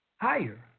higher